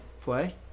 play